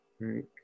Right